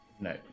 no